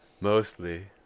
Mostly